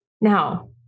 Now